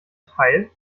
teil